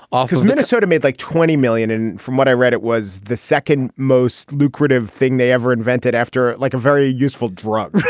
minnesota made like twenty million. and from what i read, it was the second most lucrative thing they ever invented after, like a very useful drug